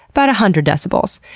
but hundred decibels.